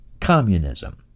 communism